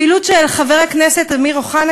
פעילותו של חבר הכנסת אמיר אוחנה,